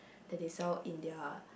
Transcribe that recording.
that they sell in their